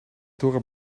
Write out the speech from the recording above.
dorre